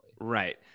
Right